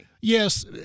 Yes